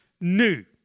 new